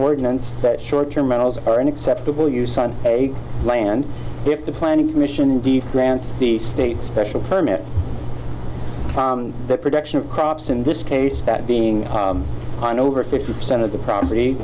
ordinance that short term rentals are an acceptable use on a land if the planning commission indeed grants the state special permit the production of crops in this case that being on over sixty percent of the property